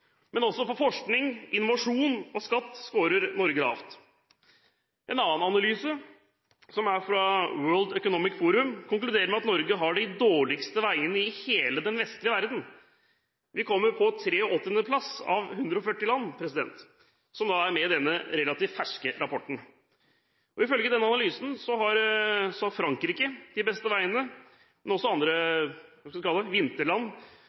men også innen forskning, innovasjon og skatt skårer Norge lavt. En annen analyse, fra The World Economic Forum, konkluderer med at Norge har de dårligste veiene i hele den vestlige verden. Vi kommer på 83. plass av 140 land som er med i denne relativt ferske rapporten. Ifølge denne analysen har Frankrike de beste veiene, men også andre